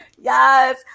Yes